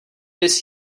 viz